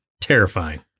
Terrifying